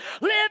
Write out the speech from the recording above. live